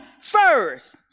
first